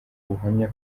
buhamya